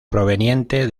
proveniente